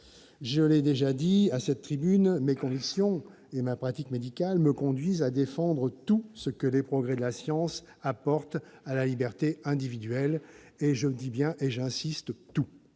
Je l'ai déjà affirmé à cette tribune, mes convictions et ma pratique médicale me conduisent à défendre tout ce que les progrès de la science apportent à la liberté individuelle : je dis bien tout.